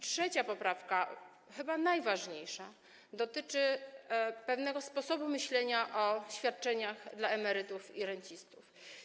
Trzecia poprawka, chyba najważniejsza, dotyczy pewnego sposobu myślenia o świadczeniach dla emerytów i rencistów.